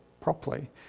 properly